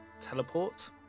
teleport